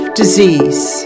disease